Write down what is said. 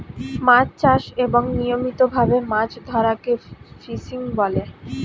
মাছ চাষ এবং নিয়মিত ভাবে মাছ ধরাকে ফিশিং বলে